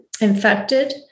infected